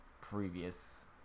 previous